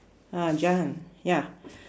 uh I'm jen ya